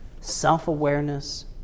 self-awareness